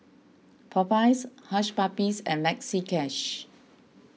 Popeyes Hush Puppies and Maxi Cash